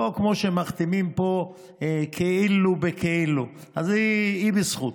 לא כמו שמחתימים פה כאילו, בכאילו, אז היא בזכות.